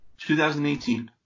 2018